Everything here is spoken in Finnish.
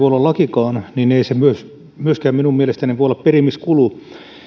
olla lakikaan niin ei se myöskään minun mielestäni voi olla perimiskulu